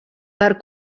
per